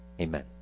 Amen